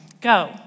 Go